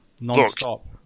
non-stop